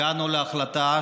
הגענו להחלטה,